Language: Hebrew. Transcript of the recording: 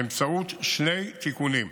באמצעות שני תיקונים: